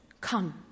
come